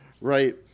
right